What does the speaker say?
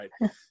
right